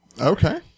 Okay